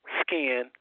skin